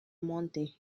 montée